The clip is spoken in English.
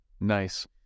Nice